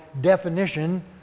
definition